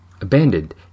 Abandoned